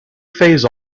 phase